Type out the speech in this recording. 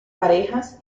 parejas